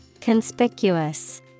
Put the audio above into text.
conspicuous